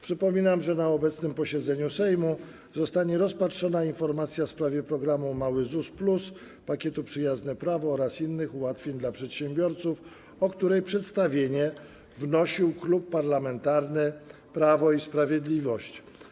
Przypominam, że na obecnym posiedzeniu Sejmu zostanie rozpatrzona informacja w sprawie programu „Mały ZUS Plus”, pakietu „Przyjazne prawo” oraz innych ułatwień dla przedsiębiorców, o której przedstawienie wnosił Klub Parlamentarny Prawo i Sprawiedliwość.